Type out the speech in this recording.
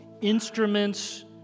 instruments